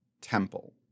Temple